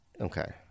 Okay